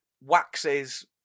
waxes